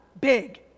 big